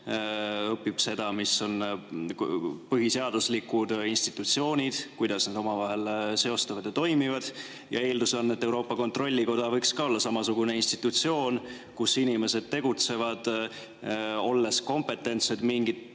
õpib, mis on põhiseaduslikud institutsioonid, kuidas need omavahel seostuvad ja toimivad. Eeldus on, et Euroopa Kontrollikoda võiks olla samasugune institutsioon, kus inimesed tegutsevad, olles kompetentsed mingit